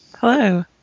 Hello